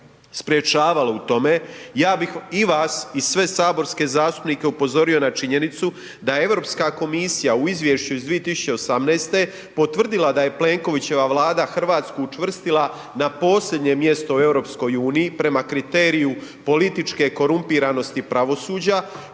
sprječavalo u tome. Ja bi i vas i sve saborske zastupnike upozorio na činjenicu da Europska komisija u izvješću iz 2018. potvrdila da je Plenkovićeva vlada Hrvatsku učvrstila na posljednje mjesto u EU, prema kriteriju političke korumpiranosti i pravosuđa,